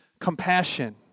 compassion